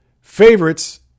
favorites